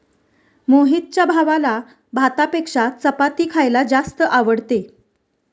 मोहितच्या भावाला भातापेक्षा चपाती खायला जास्त आवडते